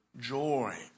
joy